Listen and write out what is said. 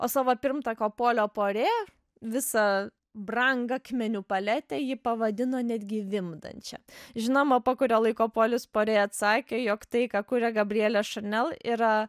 o savo pirmtako polio puarė visą brangakmenių paletę ji pavadino netgi vimdančia žinoma po kurio laiko polis puarė atsakė jog tai ką kuria gabrielė chanel yra